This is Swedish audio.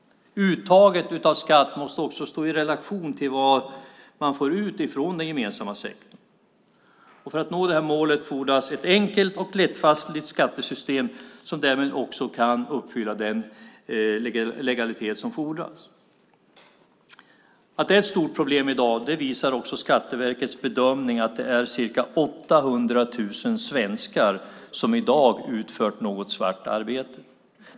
Uttaget av skatt måste också stå i relation till vad man får ut från den gemensamma sektorn. För att nå det här målet fordras ett enkelt och lättfattligt skattesystem som därmed också kan uppfylla den legalitet som fordras. Att det är ett stort problem i dag visar också Skatteverkets bedömning: Det är ca 800 000 svenskar som har utfört något svartarbete.